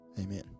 Amen